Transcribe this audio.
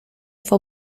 fue